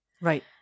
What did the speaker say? Right